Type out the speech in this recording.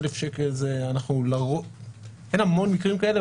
אין המון מקרים כאלה,